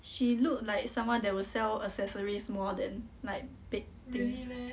she look like someone that will sell accessories more than like bake things